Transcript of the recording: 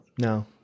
No